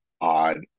odd